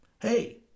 hey